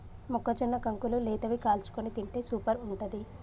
మొక్కజొన్న కంకులు లేతవి కాల్చుకొని తింటే సూపర్ ఉంటది